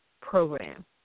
program